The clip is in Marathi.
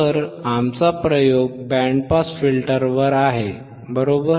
तर आमचा प्रयोग बँड पास फिल्टरवर आहे बरोबर